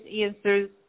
answers